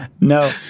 No